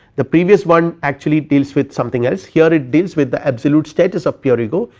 the previous one actually deals with something else, here it deals with the absolute status of pure ego,